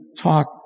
talk